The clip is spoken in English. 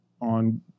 on